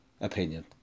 opinion